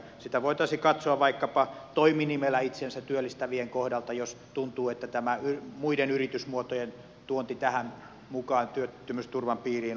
sitä voitaisiin katsoa vaikkapa toiminimellä itsensä työllistävien kohdalta jos tuntuu että on liian korkea kynnys tuoda mukaan nämä muut yritys muodot tähän työttömyysturvan piiriin